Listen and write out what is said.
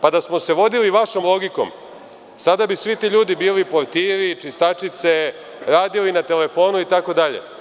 Pa, da smo se vodili vašom logikom, sada bi svi ti ljudi bili portiri, čistačice, radili na telefonu itd.